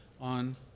on